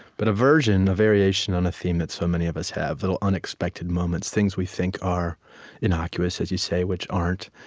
but a version, a variation, on a theme that so many of us have. little, unexpected moments, things we think are innocuous, as you say, which aren't,